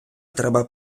треба